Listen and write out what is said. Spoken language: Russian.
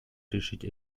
решить